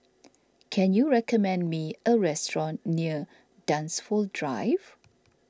can you recommend me a restaurant near Dunsfold Drive